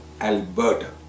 Alberta